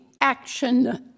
action